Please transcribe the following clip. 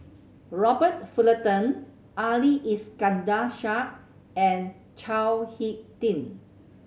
Robert Fullerton Ali Iskandar Shah and Chao Hick Tin